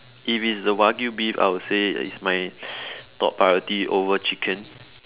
if it's the wagyu-beef I would say it's my top priority over chicken